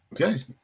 Okay